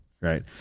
right